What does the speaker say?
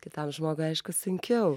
kitam žmogui aišku sunkiau